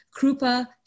Krupa